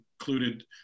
included